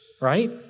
right